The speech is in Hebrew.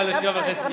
עלה ל-7.5.